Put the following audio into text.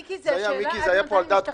מיקי, זה היה על דעת כולם.